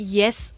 yes